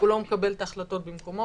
הוא לא מקבל את ההחלטות במקומו,